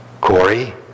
Corey